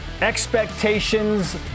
Expectations